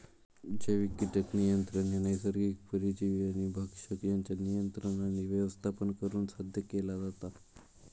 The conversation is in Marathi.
जैविक कीटक नियंत्रण ह्या नैसर्गिक परजीवी आणि भक्षक यांच्या नियंत्रण आणि व्यवस्थापन करुन साध्य केला जाता